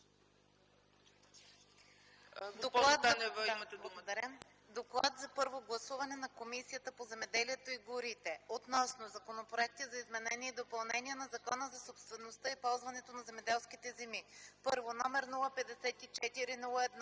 „ДОКЛАД за първо гласуване на Комисията по земеделието и горите относно: Законопроекти за изменение и допълнение на Закона за собствеността и ползването на земеделските земи: 1. № 054-01-9,